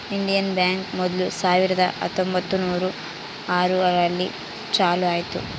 Indian Bank ಮೊದ್ಲು ಸಾವಿರದ ಹತ್ತೊಂಬತ್ತುನೂರು ಆರು ರಲ್ಲಿ ಚಾಲೂ ಆಯ್ತು